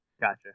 Gotcha